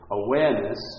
awareness